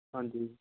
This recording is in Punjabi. ਹਾਂਜੀ